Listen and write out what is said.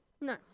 No